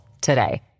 today